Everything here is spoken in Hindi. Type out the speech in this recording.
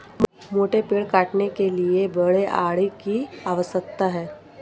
मोटे पेड़ काटने के लिए बड़े आरी की आवश्यकता है